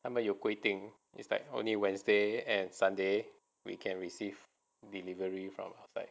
他们有规定 is like only wednesday and sunday we can receive delivery from outside